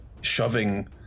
shoving